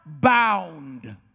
bound